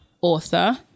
author